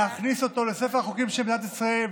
להכניס אותו לספר החוקים של מדינת ישראל,